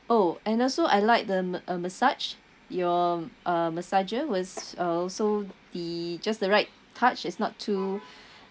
oh and also I like the ma~ massage your uh massager was uh also the just the right touch it's not too